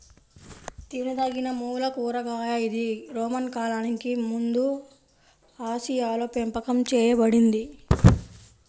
తినదగినమూల కూరగాయ ఇది రోమన్ కాలానికి ముందుఆసియాలోపెంపకం చేయబడింది